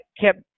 kept